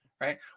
right